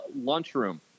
lunchroom